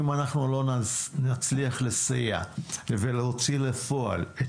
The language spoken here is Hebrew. אם אנחנו לא נצליח לסייע ולהוציא לפועל את